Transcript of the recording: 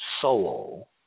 soul